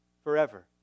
Forever